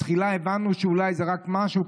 בתחילה הבנו שאולי זה רק משהו,